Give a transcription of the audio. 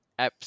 apps